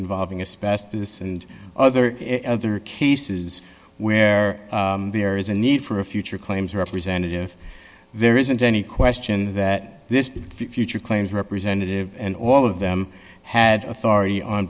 this and other other cases where there is a need for a future claims representative there isn't any question that this future claims representative and all of them had authority on